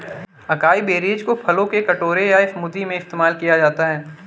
acai berries को फलों के कटोरे या स्मूदी में इस्तेमाल किया जा सकता है